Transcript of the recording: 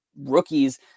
rookies